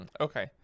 okay